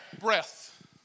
Breath